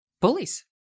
bullies